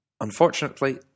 Unfortunately